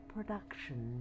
Production